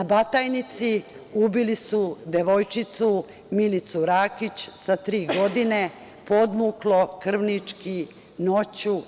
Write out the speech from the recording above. U Batajnici ubili su devojčicu Milicu Rakić sa tri godine, podmuklo, krvnički, noću.